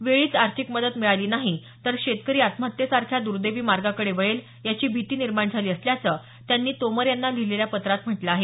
वेळीच आर्थिक मदत मिळाली नाही तर शेतकरी आत्महत्येसारख्या ददैवी मार्गाकडे वळेल याची भीती निर्माण झाली असल्याचं त्यांनी तोमर यांना लिहिलेल्या पत्रात म्हटलं आहे